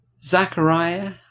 zachariah